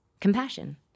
compassion